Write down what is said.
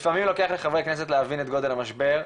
לפעמים לוקח לחברי הכנסת להבין את גודל המשבר,